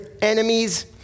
enemies